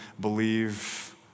believe